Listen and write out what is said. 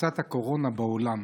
בהפצת הקורונה בעולם.